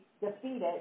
defeated